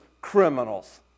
criminals